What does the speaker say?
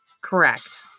Correct